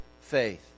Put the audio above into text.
faith